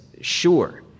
sure